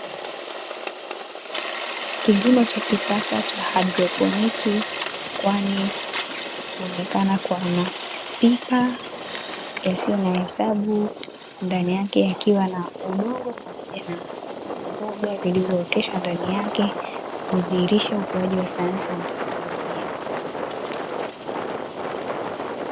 Kilimo cha kisasa cha haidroponiki, kwani kuonekana kwa mapipa yasiyo na hesabu ndani yake yakiwa na udongo pamoja na mboga zilizooteshwa ndani yake, hudhihirisha ukuaji wa sayansi na teknolojia.